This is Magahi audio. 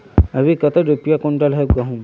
अभी कते रुपया कुंटल है गहुम?